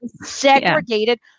Segregated